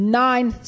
nine